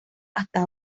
hasta